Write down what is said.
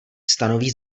stanoví